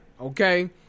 Okay